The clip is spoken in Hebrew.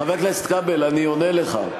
חבר הכנסת כבל, אני עונה לך.